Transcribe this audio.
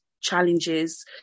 challenges